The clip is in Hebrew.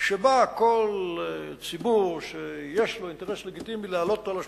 שבה כל ציבור שיש לו אינטרס לגיטימי להעלות אותו על השולחן,